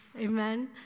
Amen